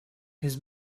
his